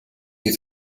you